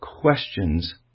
questions